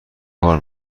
کار